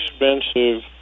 expensive